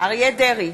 אריה דרעי,